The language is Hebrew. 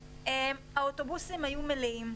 האוטובוסים היו מלאים.